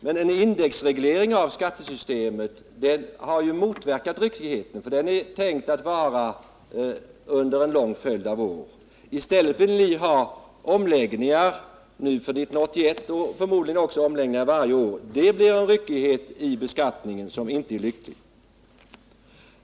Men en indexreglering av skattesystemet har ju motverkat ryckigheten, för den är tänkt att finnas under en lång följd av år. I stället vill ni ha omläggningar nu för 1981, och förmodligen också omläggningar varje år därefter, och det blir en ryckighet i beskattningen som inte är lycklig.